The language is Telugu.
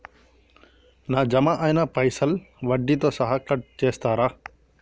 నా జమ అయినా పైసల్ వడ్డీతో సహా కట్ చేస్తరా?